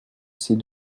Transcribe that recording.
ces